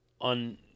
On